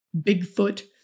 Bigfoot